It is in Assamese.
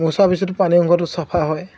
মোচা পিছত পানী অংশটো চাফা হয়